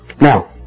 Now